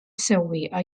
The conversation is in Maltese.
sewwieqa